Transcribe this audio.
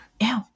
ew